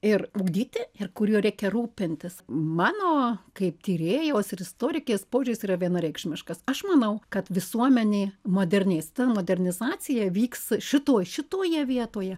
ir ugdyti ir kuriuo reikia rūpintis mano kaip tyrėjos ir istorikės požiūris yra vienareikšmiškas aš manau kad visuomenė modernės ta modernizacija vyks šitoj šitoje vietoje